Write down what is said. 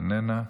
איננה,